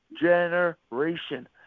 generation